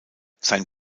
sein